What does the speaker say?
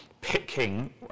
picking